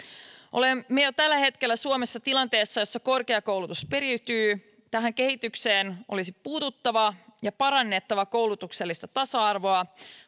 olemme jo tällä hetkellä suomessa tilanteessa jossa korkeakoulutus periytyy tähän kehitykseen olisi puututtava ja parannettava koulutuksellista tasa arvoa